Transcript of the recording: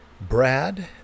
Brad